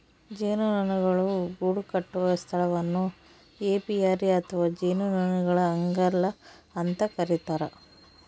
ಜೇನುನೊಣಗಳು ಗೂಡುಕಟ್ಟುವ ಸ್ಥಳವನ್ನು ಏಪಿಯರಿ ಅಥವಾ ಜೇನುನೊಣಗಳ ಅಂಗಳ ಅಂತ ಕರಿತಾರ